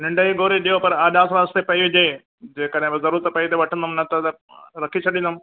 निन्ड जी ॻोरी ॾियो पर आदाब वास्ते पई हुजे जेकॾहिं ज़रूरत पई त वठंदुमि न त त रखी छॾंदुमि